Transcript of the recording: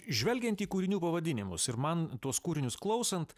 žvelgiant į kūrinių pavadinimus ir man tuos kūrinius klausant